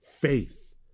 faith